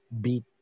beat